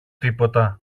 τίποτα